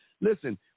Listen